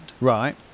Right